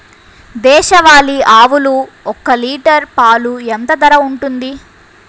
దేశవాలి ఆవులు ఒక్క లీటర్ పాలు ఎంత ధర ఉంటుంది?